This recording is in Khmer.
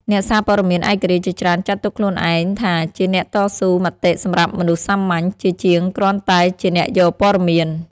អ្នកសារព័ត៌មានឯករាជ្យជាច្រើនចាត់ទុកខ្លួនឯងថាជាអ្នកតស៊ូមតិសម្រាប់មនុស្សសាមញ្ញ ជាជាងគ្រាន់តែជាអ្នកយកព័ត៌មាន។